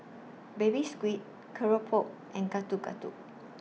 Baby Squid Keropok and Getuk Getuk